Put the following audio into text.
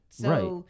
Right